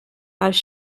als